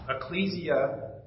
Ecclesia